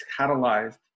catalyzed